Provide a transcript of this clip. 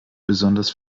besonders